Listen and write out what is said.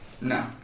No